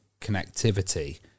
connectivity